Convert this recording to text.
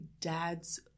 dad's